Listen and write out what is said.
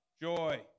joy